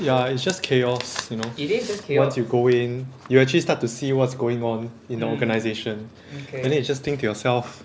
ya it's just chaos you know once you go in you actually start to see what's going on in the organization and you just think to yourself